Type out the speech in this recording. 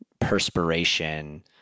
perspiration